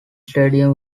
stadium